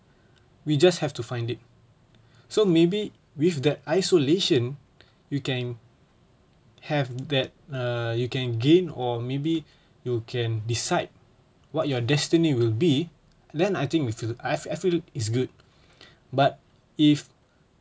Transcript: we just have to find it so maybe with that isolation you can have that err you can gain or maybe you can decide what your destiny will be then I think we feel I I feel is good but if